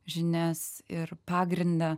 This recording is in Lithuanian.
žinias ir pagrindą